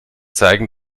zeigen